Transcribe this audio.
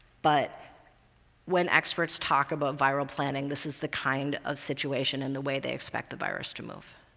but when experts talk about viral planning, this is the kind of situation and the way they expect the virus to move.